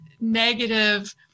negative